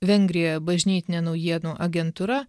vengrijoje bažnytinė naujienų agentūra